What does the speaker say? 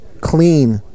clean